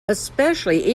especially